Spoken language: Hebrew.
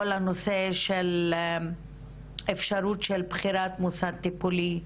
כל הנושא של אפשרות של בחירת מוסד טיפולי,